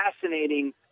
fascinating